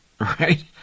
right